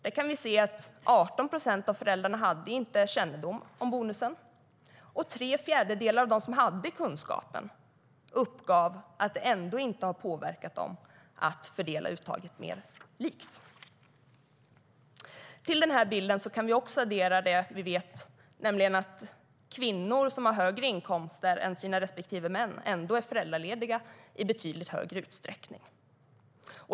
Där kan vi se att 18 procent av föräldrarna inte hade kännedom om bonusen, och tre fjärdedelar av dem som hade kunskapen uppgav att det ändå inte har påverkat dem att fördela uttaget mer likt. Till bilden kan vi också addera det vi vet, nämligen att kvinnor som har högre inkomster än sina män ändå är föräldralediga i betydligt högre utsträckning.